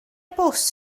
bws